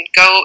go